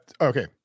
Okay